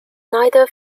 neither